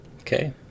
Okay